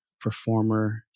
performer